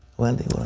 wendy?